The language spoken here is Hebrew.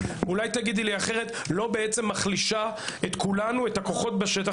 לא מחלישה בעצם את הכוחות בשטח?